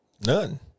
None